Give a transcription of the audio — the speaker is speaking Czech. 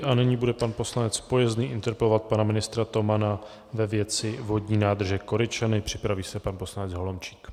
A nyní bude pan poslanec Pojezný interpelovat pana ministra Tomana ve věci vodní nádrže Koryčany, připraví se pan poslanec Holomčík.